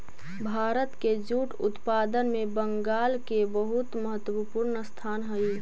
भारत के जूट उत्पादन में बंगाल के बहुत महत्त्वपूर्ण स्थान हई